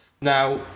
Now